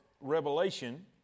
Revelation